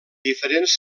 diferents